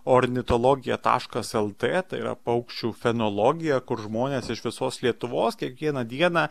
ornitologija taškas lt tai yra paukščių fenologija kur žmonės iš visos lietuvos kiekvieną dieną